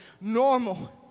Normal